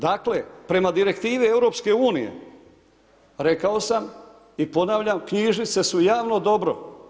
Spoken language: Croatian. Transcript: Dakle, prema direktivi EU rekao sam i ponavljam knjižnice su javno dobro.